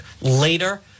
later